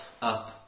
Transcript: up